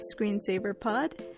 ScreensaverPod